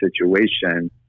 situation